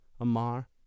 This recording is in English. Amar